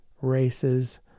races